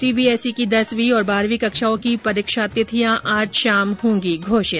CBSE की दसवीं और बारहवीं कक्षाओ की परीक्षा तिथियां आज शाम होंगी घोषित